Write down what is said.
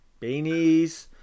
beanies